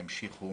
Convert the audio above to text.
ימשיכו